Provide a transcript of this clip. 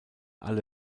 alle